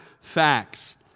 facts